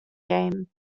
game